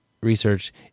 research